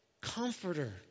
Comforter